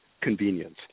convenience